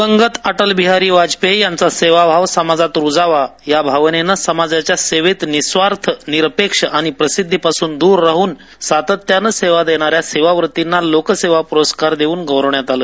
दिवंगत अटल बिहारी वाजपेयी यांचा सेवाभाव समाजात रुजावा या भावनेनं समाजाच्या सेवेत निःस्वार्थ निरपेष आणि प्रसिद्धीपासून दूर राहून सातत्यानं सेवा देणाऱ्या सेवावृत्तींना लोकसेवा पुरस्कार देउन गौरविण्यात आलं